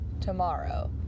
tomorrow